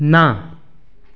ना